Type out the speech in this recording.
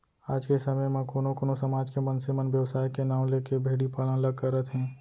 आज के समे म कोनो कोनो समाज के मनसे मन बेवसाय के नांव लेके भेड़ी पालन ल करत हें